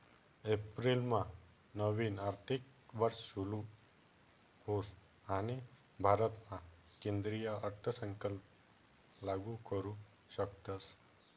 एप्रिलमा नवीन आर्थिक वर्ष सुरू होस आणि भारतामा केंद्रीय अर्थसंकल्प लागू करू शकतस